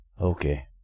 Okay